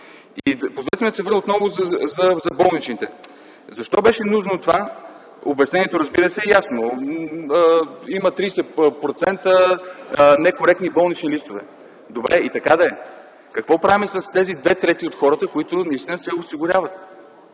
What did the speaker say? Позволете ми да се върна отново на болничните. Защо беше нужно това? Обяснението, разбира се, е ясно. Има 30% некоректни болнични листове. Добре, и така да е, но какво правим с онези две трети от хората, които се осигуряват,